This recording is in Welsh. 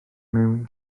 mewn